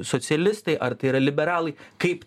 socialistai ar tai yra liberalai kaip